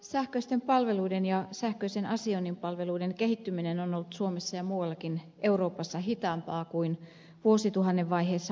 sähköisten palveluiden ja sähköisen asioinnin palveluiden kehittyminen on ollut suomessa ja muuallakin euroopassa hitaampaa kuin vuosituhannen vaihteessa arvioitiin